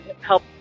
help